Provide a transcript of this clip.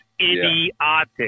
idiotic